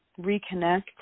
reconnect